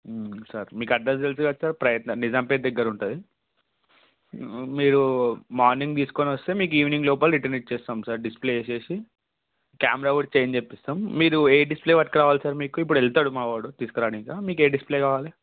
sir మీకు address తెలుసు కదా సార్ నిజాంపేట దగ్గర ఉంటుంది మీరు మార్నింగ్ తీసుకుని వస్తే మీకు ఈవినింగ్ లోపల రిటర్న్ ఇచ్చేస్తాం సార్ డిస్ప్లే వేసేసి కెమెరా కూడా చేంజ్ చేయిస్తాం మీరు ఏ డిస్ప్లే పట్టుకు రావాలి సార్ ఇప్పుడెల్తాడు మావాడు తీసుకు రాడానికి మీకు ఏ డిస్ప్లే కావాలి